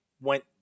went